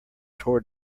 tore